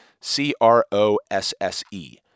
C-R-O-S-S-E